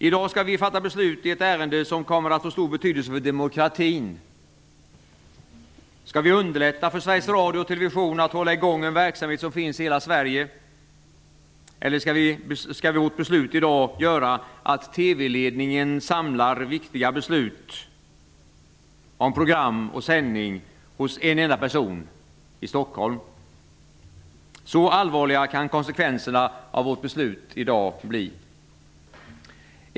I dag skall vi fatta beslut i ett ärende som kommer att få stor betydelse för demokratin. Skall vi underlätta för Sveriges Radio och Television att hålla i gång en verksamhet som skall finnas i hela Sverige, eller skall vårt beslut i dag medföra att TV-ledningen samlar viktiga beslut om program och sändning hos en enda person i Stockholm? Så allvarliga kan konsekvenserna av vårt beslut i dag bli.